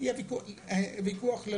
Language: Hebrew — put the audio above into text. יהיה ויכוח.